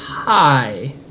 Hi